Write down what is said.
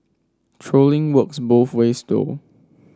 trolling works both ways though